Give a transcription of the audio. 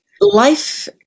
life